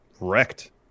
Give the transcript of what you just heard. wrecked